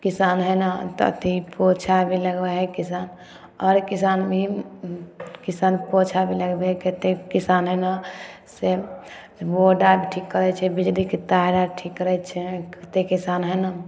किसान हइ ने तऽ अथी पोछा भी लगबै हइ किसान आओर किसान भी किसान पोछा भी लगबैके कतेक किसान हइ ने से बोर्ड आर ठीक करै छै बिजलीके तार आर ठीक करै छै कतेक किसान हइ ने